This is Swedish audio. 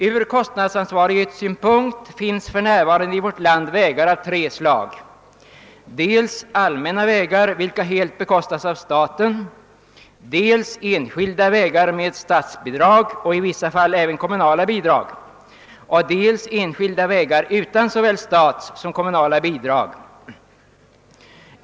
Ur kostnadsansvarighetssynpunkt finns för närvarande i vårt land vägar av tre slag, dels allmänna vägar vilka helt bekostas av staten, dels enskilda vägar med statsbidrag, i vissa fall även kommunala bidrag, dels enskilda vägar utan såväl statssom kommunala bidrag.